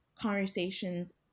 conversations